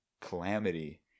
calamity